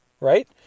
right